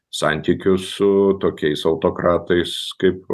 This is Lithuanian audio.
santykių su tokiais autokratais kaip